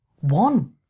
one